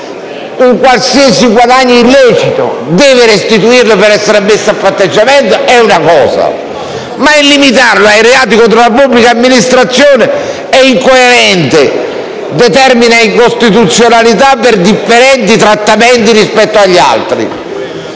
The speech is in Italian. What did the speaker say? un qualsiasi guadagno illecito, deve restituirlo per essere ammesso al patteggiamento, è una cosa; ma limitarsi ai reati contro la pubblica amministrazione è incoerente e determina incostituzionalità per differenti trattamenti rispetto agli altri.